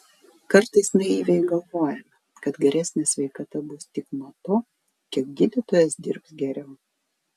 kartais naiviai galvojame kad geresnė sveikata bus tik nuo to kiek gydytojas dirbs geriau